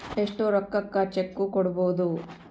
ಎಷ್ಟು ರೊಕ್ಕಕ ಚೆಕ್ಕು ಕೊಡುಬೊದು